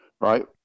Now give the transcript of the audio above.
right